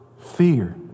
fear